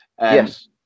Yes